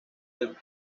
del